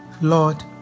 Lord